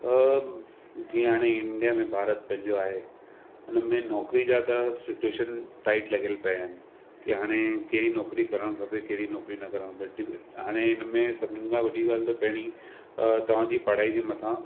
जीअं हाणे इंडिया में भारत पंहिंजो आहे हुनमें नौकिरी जा त सूटीएशन टाइट लॻल पिया आहिनि की हाणे कहिड़ी नौकिरी करणु खपे कहिड़ी नौकिरी न करणु खपे हाणे हिनमें सभिनीनि खां वॾी ॻाल्हि त पैणी तव्हांजी पढ़ाई जे मथां